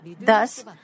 thus